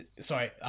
sorry